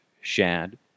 Shad